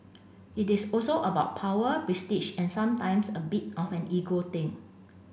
it is also about power prestige and sometimes a bit of an ego thing